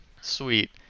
sweet